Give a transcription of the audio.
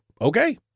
Okay